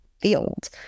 field